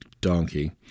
donkey